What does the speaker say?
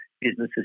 businesses